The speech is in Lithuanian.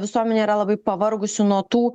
visuomenė yra labai pavargusi nuo tų